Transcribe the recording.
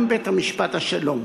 גם בית-משפט השלום